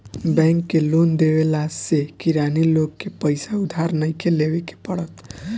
bank के loan देवला से किरानी लोग के पईसा उधार नइखे लेवे के पड़त